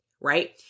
right